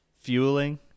fueling